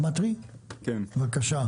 סתיו מטרי, בבקשה.